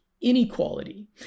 inequality